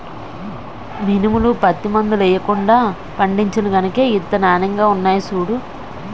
మినుములు, పత్తి మందులెయ్యకుండా పండించేను గనకే ఇంత నానెంగా ఉన్నాయ్ సూడూ